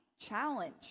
challenge